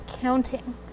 counting